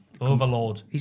Overlord